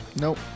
Nope